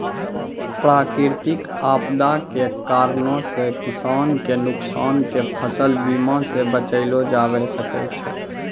प्राकृतिक आपदा के कारणो से किसान के नुकसान के फसल बीमा से बचैलो जाबै सकै छै